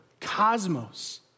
cosmos